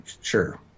sure